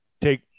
take